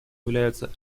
являются